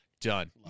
done